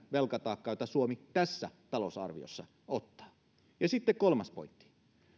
velkataakkaa jota suomi tässä talousarviossa ottaa ja sitten kolmas pointti